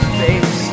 face